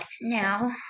now